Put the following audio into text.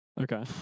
Okay